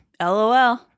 LOL